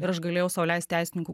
ir aš galėjau sau leist teisininkų